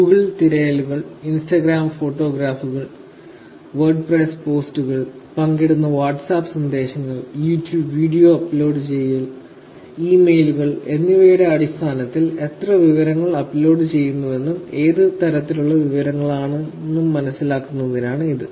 Google തിരയലുകൾ Instagram ഫോട്ടോഗ്രാഫുകൾ WordPress പോസ്റ്റുകൾ പങ്കിടുന്ന വാട്ട്സ്ആപ്പ് സന്ദേശങ്ങൾ യൂട്യൂബ് വീഡിയോകൾ അപ്ലോഡുചെയ്യൽ ഇമെയിലുകൾ എന്നിവയുടെ അടിസ്ഥാനത്തിൽ എത്ര വിവരങ്ങൾ അപ്ലോഡ് ചെയ്യുന്നുവെന്നും ഏത് തരത്തിലുള്ള വിവരങ്ങളാണെന്നും മനസ്സിലാക്കുന്നതിനാണ് ഇത്